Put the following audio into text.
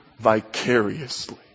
vicariously